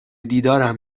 دیدارم